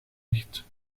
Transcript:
gericht